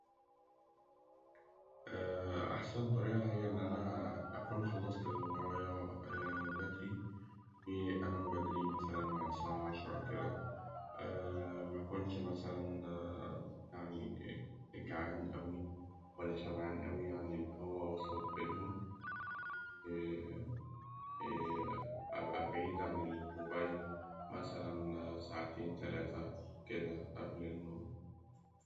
أحسن طريقة هي إن أنا أكون خلصت اللي ورايا بدري وأنام بدري على الساعة عشرة مثلاً كده، مكنش مثلاً جعان كده أوي ولا شبعان قوي اللي هو وسط بينهم أبقى بعيد عن الموبايل مثلاً ساعتين تلاتة كده قلب النوم.